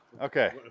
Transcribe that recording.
okay